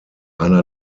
eine